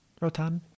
Rotan